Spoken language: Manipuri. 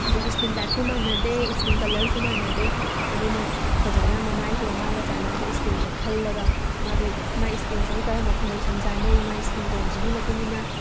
ꯑꯗꯨꯝ ꯏꯁꯀꯤꯟ ꯇꯥꯏꯞꯁꯨ ꯃꯥꯟꯅꯗꯦ ꯏꯁꯀꯤꯟ ꯀꯂꯔꯁꯨ ꯃꯥꯟꯅꯗꯦ ꯑꯗꯨꯅ ꯐꯖꯅ ꯃꯃꯥꯏꯁꯤꯒ ꯃꯥꯒ ꯆꯥꯟꯅꯕ ꯏꯁꯀꯤꯟꯁꯦ ꯈꯜꯂꯒ ꯃꯥꯒꯤ ꯃꯥꯏ ꯏꯁꯀꯤꯟꯁꯤꯒꯤ ꯀꯔꯝꯕ ꯐꯥꯎꯟꯗꯦꯁꯟ ꯆꯥꯟꯅꯩ ꯃꯥꯏ ꯏꯁꯀꯤꯟ ꯇꯣꯟꯁꯤꯒꯤ ꯃꯇꯨꯡ ꯏꯟꯅ